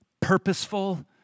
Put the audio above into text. purposeful